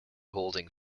holding